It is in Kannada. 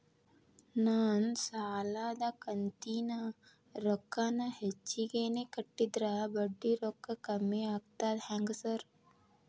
ನಾನ್ ಸಾಲದ ಕಂತಿನ ರೊಕ್ಕಾನ ಹೆಚ್ಚಿಗೆನೇ ಕಟ್ಟಿದ್ರ ಬಡ್ಡಿ ರೊಕ್ಕಾ ಕಮ್ಮಿ ಆಗ್ತದಾ ಹೆಂಗ್ ಸಾರ್?